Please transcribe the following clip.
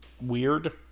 weird